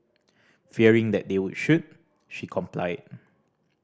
fearing that they would shoot she complied